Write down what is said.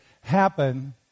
happen